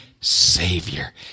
Savior